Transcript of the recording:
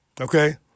Okay